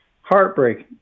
Heartbreaking